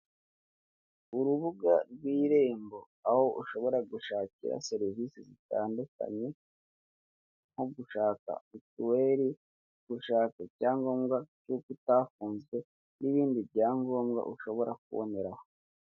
Urubuga rw'irembo aho ushobora gushakira serivisi zitandukanye, nko gushaka mituweri, gushaka ibyangombwa by'uko utafunzwe, n'ibindi byangombwa ushobora kuboneraho.